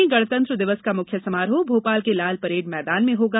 प्रदेश में गणतंत्र दिवस का मुख्य समारोह भोपाल के लालपरेड मैदान में होगा